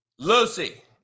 Lucy